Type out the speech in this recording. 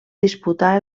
disputà